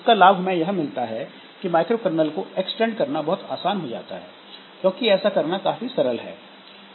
इसका लाभ हमें यह मिलता है कि माइक्रो कर्नल को एक्सटेंड करना बहुत आसान होता है क्योंकि ऐसा करना काफी सरल है